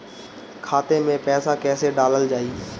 खाते मे पैसा कैसे डालल जाई?